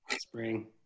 Spring